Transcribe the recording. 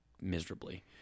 miserably